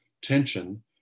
tension